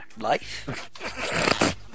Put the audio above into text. Life